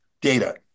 data